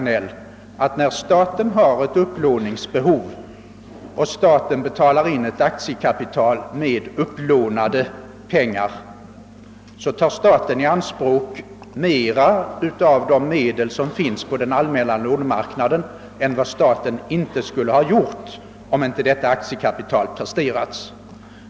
När staten har ett upplåningsbehov och betalar in ett aktiekapital med upplånade pengar tar den faktiskt, herr Hagnell, i anspråk mera av de medel som finns på den allmänna lånemarknaden än den skulle ha gjort om inte detta aktiekapital hade presterats.